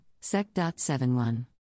sec.71